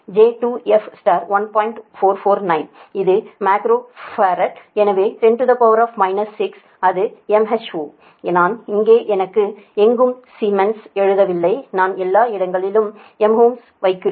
449 அது micro farad எனவே 10 6 அது mho நான் இங்கே எங்கும் சீமென்ஸ் எழுதவில்லை நான் எல்லா இடங்களிலும் mho வைக்கிறேன்